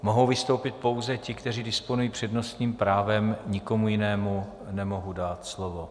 Mohou vystoupit pouze ti, kteří disponují přednostním právem, nikomu jinému nemohu dát slovo.